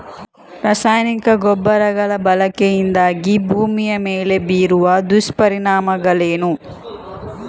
ರಾಸಾಯನಿಕ ಗೊಬ್ಬರಗಳ ಬಳಕೆಯಿಂದಾಗಿ ಭೂಮಿಯ ಮೇಲೆ ಬೀರುವ ದುಷ್ಪರಿಣಾಮಗಳೇನು?